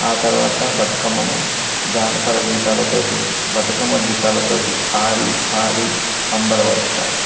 ఆ తరువాత బతుకమ్మను జానపద గీతాలతోటి బతుకమ్మ గీతాలతోటి ఆడి పాడి సంబరపరుస్తారు